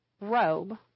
robe